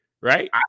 right